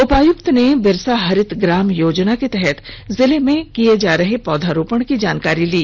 उपायुक्त ने बिरसा हरित ग्राम योजना के तहत जिले में किये जा रहे पौधा रोपण की जानकारी ली